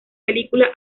película